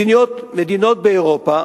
מדינות באירופה,